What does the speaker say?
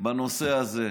בנושא הזה.